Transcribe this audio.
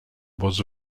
was